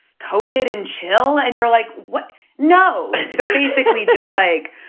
covid and chill. and you're like, what no they're basically just like,